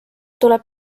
tuleb